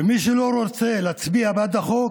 ומי שלא רוצה להצביע בעד החוק,